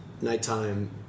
nighttime